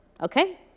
Okay